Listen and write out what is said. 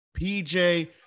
PJ